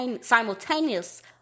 simultaneous